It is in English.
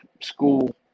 school